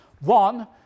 One